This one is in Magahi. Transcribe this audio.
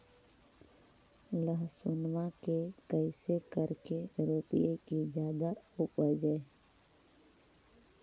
लहसूनमा के कैसे करके रोपीय की जादा उपजई?